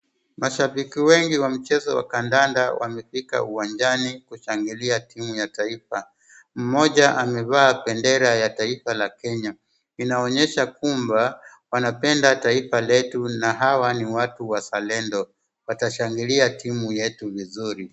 Mashabiki wengi wa mchezo wa kandanda wamefurika uwanjani kushangilia timu ya kenya. Mmoja amevaa bendera ya kenya kumanisha ni wazalendo.